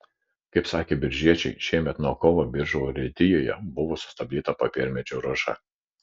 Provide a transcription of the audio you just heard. kaip sakė biržiečiai šiemet nuo kovo biržų urėdijoje buvo sustabdyta popiermedžių ruoša